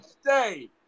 stay